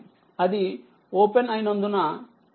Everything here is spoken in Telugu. కానీ అది ఓపెన్ అయినందునఈ iSC 0